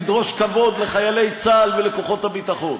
תדרוש כבוד לחיילי צה"ל ולכוחות הביטחון.